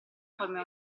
forme